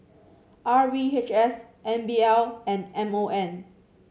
R V H S N B L and M O M